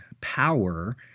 power